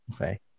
okay